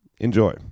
enjoy